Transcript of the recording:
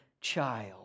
child